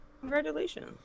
Congratulations